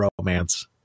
romance